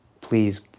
please